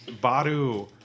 Baru